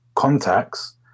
contacts